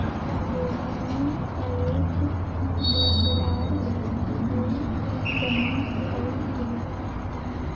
रोहिनी अयेज मोंगरार फूल जमा कर छीले